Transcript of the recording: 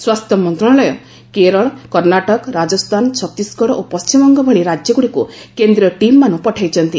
ସ୍ୱାସ୍ଥ୍ୟ ମନ୍ତ୍ରଣାଳୟ କେରଳ କର୍ଷ୍ଣାଟକ ରାଜସ୍ଥାନ ଛତିଶଗଡ ଓ ପଣ୍ଢିମବଙ୍ଗ ଭଳି ରାକ୍ୟଗୁଡ଼ିକୁ କେନ୍ଦ୍ରୀୟ ଟିମ୍ମାନ ପଠାଇଛନ୍ତି